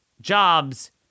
jobs